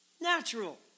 natural